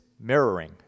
mirroring